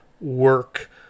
work